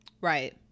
right